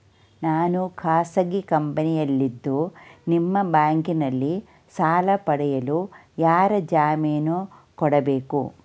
ನಾನು ಖಾಸಗಿ ಕಂಪನಿಯಲ್ಲಿದ್ದು ನಿಮ್ಮ ಬ್ಯಾಂಕಿನಲ್ಲಿ ಸಾಲ ಪಡೆಯಲು ಯಾರ ಜಾಮೀನು ಕೊಡಬೇಕು?